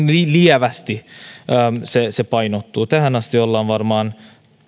lievästi painottuu tähän asti olemme varmaan